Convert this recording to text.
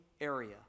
area